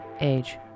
age